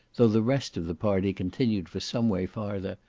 though the rest of the party continued for some way farther,